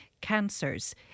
cancers